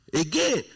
Again